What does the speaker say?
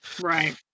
Right